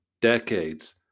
decades